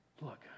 Look